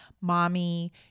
Mommy